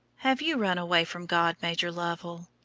have you run away from god, major lovell?